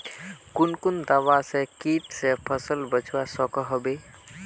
कुन कुन दवा से किट से फसल बचवा सकोहो होबे?